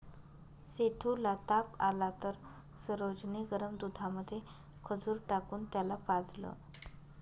सेठू ला ताप आला तर सरोज ने गरम दुधामध्ये खजूर टाकून त्याला पाजलं